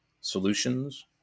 solutions